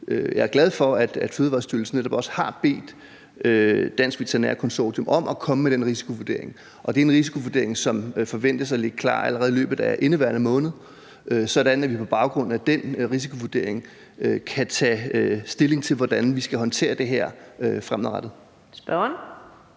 glad for, at Fødevarestyrelsen netop også har bedt Dansk Veterinær Konsortium om at komme med den risikovurdering, og det er en risikovurdering, som forventes at ligge klar allerede i løbet af indeværende måned, sådan at vi på baggrund af den risikovurdering kan tage stilling til, hvordan vi skal håndtere det her fremadrettet. Kl.